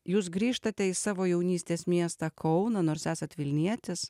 jūs grįžtate į savo jaunystės miestą kauną nors esat vilnietis